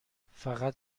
فقط